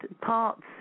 parts